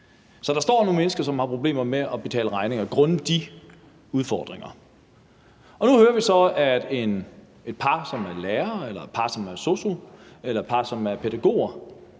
Så der står nogle mennesker, som har problemer med at betale regninger grundet de udfordringer, og nu hører vi så, at et par, som er lærere, et par, som er sosu'er, eller et par, som er pædagoger,